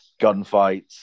gunfights